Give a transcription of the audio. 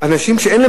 אנשים שאין להם